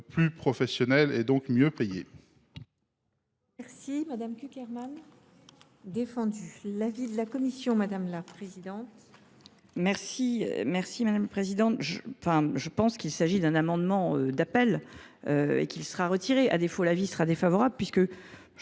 plus professionnelles et donc mieux payées.